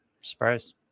Surprise